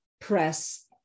press